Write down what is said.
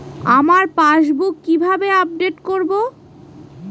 আমার পাসবুক কিভাবে আপডেট করবো?